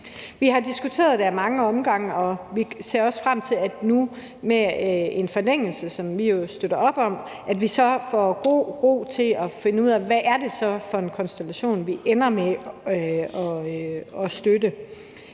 Vi har diskuteret det ad mange omgange, og vi ser også frem til, at vi nu med en forlængelse, som vi jo støtter op om, får god ro til at finde ud af, hvad det så er for en konstellation, vi ender med at støtte.